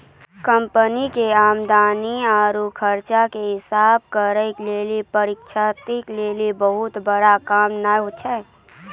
company के आमदनी आरु खर्चा के हिसाब करना लेखा परीक्षक लेली बहुते बड़का काम नै छै